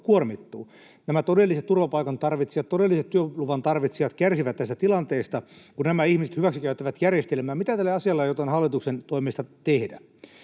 kuormittuu. Todelliset turvapaikan tarvitsijat, todelliset työluvan tarvitsijat kärsivät tästä tilanteesta, kun nämä ihmiset hyväksikäyttävät järjestelmää. Mitä tälle asialle aiotaan hallituksen toimesta tehdä?